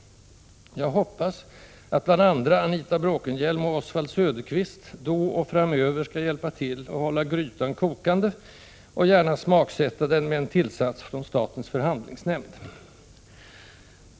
Jag hoppas att bl.a. Anita Bråkenhielm och Oswald Söderqvist då och framöver skall hjälpa till att hålla grytan kokande och gärna smaksätta den med en tillsats från statens förhandlingsnämnd.